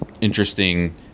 interesting